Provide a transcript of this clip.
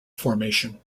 formation